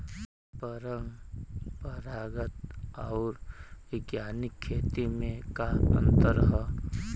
परंपरागत आऊर वैज्ञानिक खेती में का अंतर ह?